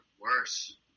worse